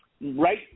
right